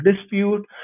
dispute